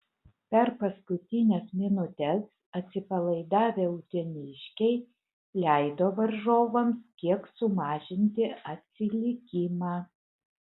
per paskutines minutes atsipalaidavę uteniškiai leido varžovams kiek sumažinti atsilikimą